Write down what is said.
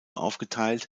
aufgeteilt